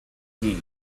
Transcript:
gee